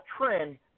trend